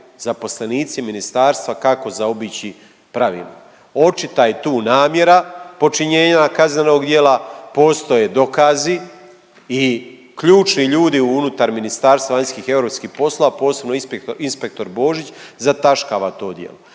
zaposlenici ministarstva kako zaobići pravila. Očita je tu namjera počinjenja kaznenog djela, postoje dokazi i ključni ljudi unutar MVEP-a posebno inspektor Božić zataškava to djelo.